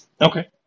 Okay